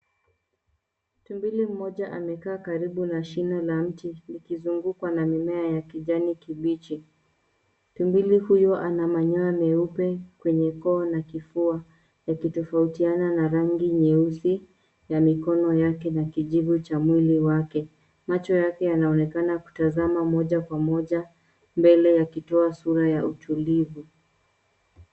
Tumbili mmoja amekaa karibu na shino la miti likizungukwa na mimea ya kijani kibichi. Tumbili huyu ana manyoya meupe kwenye koo na kifua yakitofautinana na rangi nyeusi ya mikono yake na kijivu cha mwili wake. Macho yake yanaonekana kutazama moja kwa moja mbele yakitoa sura ya utulivu.